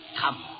Come